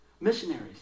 missionaries